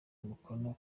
umukono